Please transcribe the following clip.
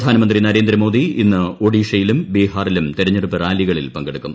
പ്രധാനമന്ത്രി നരേന്ദ്രമോദി ഇന്ന് ഒഡിഷയിലും ബിഹാറിലും തെരഞ്ഞെടുപ്പ് റാലികളിൽ പങ്കെടുക്കും